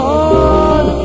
on